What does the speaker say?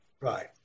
right